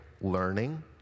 learning